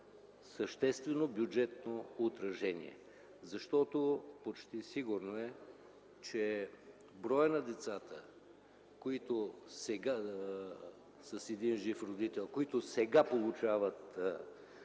съществено бюджетно отражение, защото почти сигурно е, че броят на децата с един жив родител, които сега получават